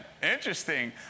Interesting